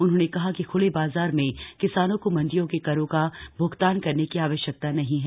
उन्होंने कहा कि ख्ले बाजार में किसानों को मंडियों के करों का भ्रगतान करने की आवश्यकता नहीं है